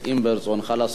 אם ברצונך לעשות,